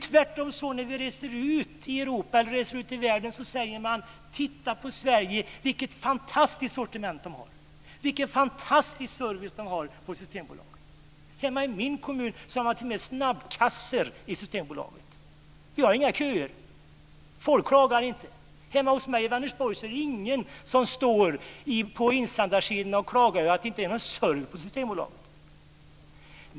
Tvärtom hör vi när vi reser ut i Europa eller ut i världen att man säger: Titta på Sverige, vilket fantastiskt sortiment de har och vilken fantastisk service de har på Systembolaget! I min hemkommun finns det t.o.m. snabbkassor på Systembolaget, och det är inga köer. Folk klagar inte. Hemma i Vänersborg klagar ingen på insändarsidorna över att det inte är någon service på Systembolaget.